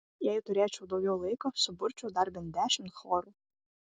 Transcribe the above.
jei turėčiau daugiau laiko suburčiau dar bent dešimt chorų